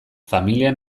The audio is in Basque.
familia